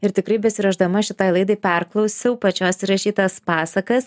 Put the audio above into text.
ir tikrai besiruošdama šitai laidai perklausiau pačios įrašytas pasakas